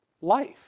life